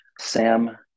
Sam